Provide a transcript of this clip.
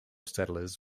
settlers